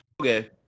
okay